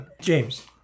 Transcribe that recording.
James